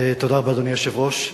תודה רבה, אדוני היושב-ראש.